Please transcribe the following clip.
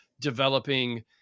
developing